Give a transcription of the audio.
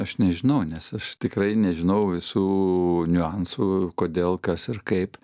aš nežinau nes aš tikrai nežinau visų niuansų kodėl kas ir kaip